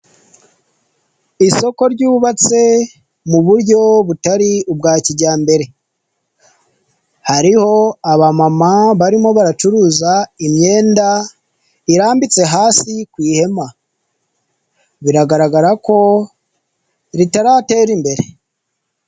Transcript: Isoko ryubatse mu buryo butari ubwa kijyambere, hariho abamama barimo baracuruza imyenda irambitse hasi ku ihema, biragaragara ko ritaratera imbere.